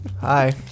Hi